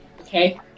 Okay